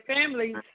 families